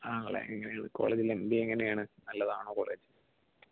ആണല്ലേ ഇങ്ങനെ ഒരു കോളേജിലെ എം ബി എ എങ്ങനെയാണ് നല്ലതാണോ കോളേജ്